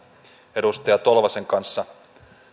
edustaja tolvasen kanssa